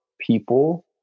people